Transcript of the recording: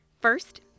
First